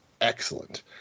excellent